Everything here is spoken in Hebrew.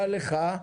תודה לך.